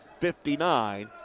59